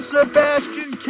Sebastian